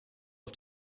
auf